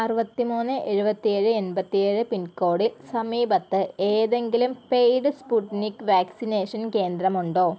അറുപത്തി മൂന്ന് ഏഴുപത്തേഴ് എൺപത്തിയേഴ് എന്ന പിൻകോഡിൽ സമീപത്ത് ഏതെങ്കിലും പെയ്ഡ് സ്പുട്നിക് വാക്സിനേഷൻ കേന്ദ്രമുണ്ടോ